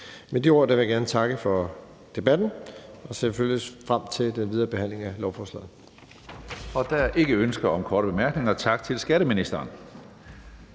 Med de ord vil jeg gerne takke for debatten og ser selvfølgelig frem til den videre behandling af lovforslaget.